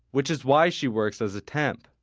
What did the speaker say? which is why she works as a temp.